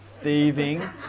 thieving